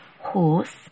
horse